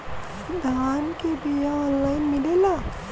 धान के बिया ऑनलाइन मिलेला?